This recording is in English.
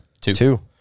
Two